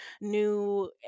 new